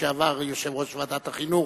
לשעבר יושב-ראש ועדת החינוך,